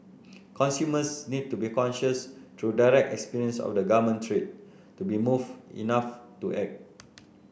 consumers need to be conscious through direct experience of the garment trade to be moved enough to act